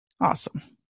Awesome